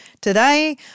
today